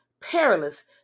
perilous